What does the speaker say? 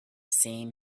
same